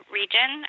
region